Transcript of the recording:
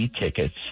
tickets